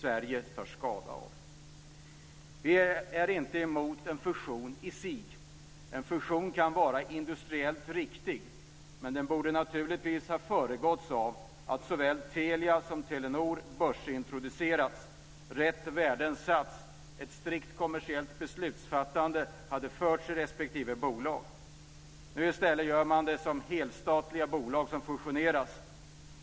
Vi är inte emot en fusion i sig. En fusion kan vara industriellt riktig, men den borde naturligtvis ha föregåtts av att såväl Telia som Telenor börsintroducerats, att rätt värden satts och att ett strikt kommersiellt beslutsfattande hade skett i respektive bolag. Nu gör man det i stället som helstatliga bolag som fusioneras.